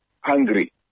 hungry